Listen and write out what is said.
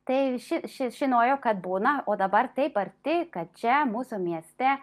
tai ši ši žinojo kad būna o dabar taip arti kad čia mūsų mieste